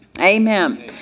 Amen